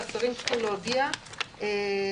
שהשרים צריכים להודיע לבתי-חולים